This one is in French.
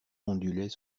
ondulait